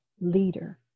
leader